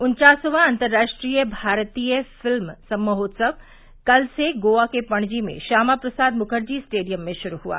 उन्वासवां अंतर्राष्ट्रीय भारतीय फिल्म महोत्सव कल से गोवा के पणजी में श्यामा प्रसाद मुखर्जी स्टेडियम में शुरू हुआ